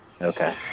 Okay